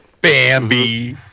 Bambi